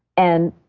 and